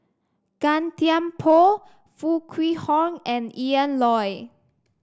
Gan Thiam Poh Foo Kwee Horng and Yan Loy